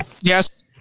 Yes